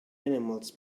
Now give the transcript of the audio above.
animals